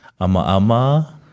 Amaama